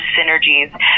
synergies